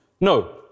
No